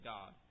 God